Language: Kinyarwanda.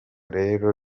rero